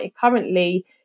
currently